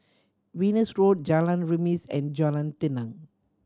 Venus Road Jalan Remis and Jalan Tenang